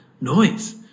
noise